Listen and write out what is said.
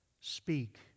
speak